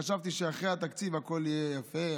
חשבתי שאחרי התקציב הכול יהיה יפה,